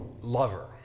lover